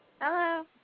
Hello